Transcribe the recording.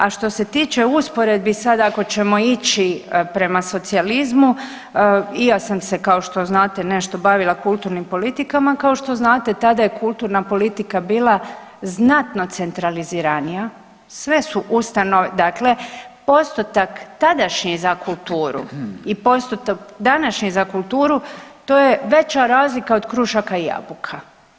A što se tiče usporedbi sad ako ćemo ići prema socijalizmu, i ja sam se kao što znate nešto bavila kulturnim politikama, kao što znate tada je kulturna politika bila znatno centraliziranija, sve su ustanove dakle postotak tadašnji za kulturu i postotak današnji za kulturu to je veća razlika od krušaka i jabuka.